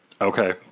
Okay